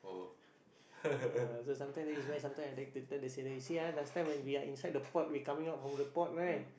ah so sometimes that is why sometimes I like to turn then see you see ah last time when we are inside the port we coming out from the port [right]